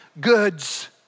goods